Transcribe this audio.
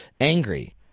angry